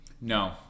No